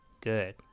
Good